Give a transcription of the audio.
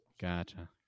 Gotcha